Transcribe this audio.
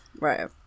Right